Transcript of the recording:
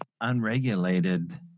unregulated